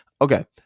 okay